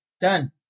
Done